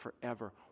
forever